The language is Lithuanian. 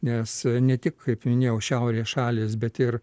nes ne tik kaip minėjau šiaurės šalys bet ir